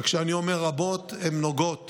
וכשאני אומר רבות, הן נוגעות